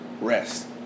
rest